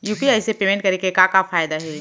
UPI से payment करे के का का फायदा हे?